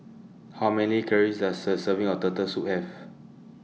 How Many Calories Does A Serving of Turtle Soup Have